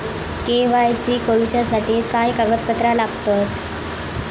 KYC करूच्यासाठी काय कागदपत्रा लागतत?